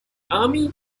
army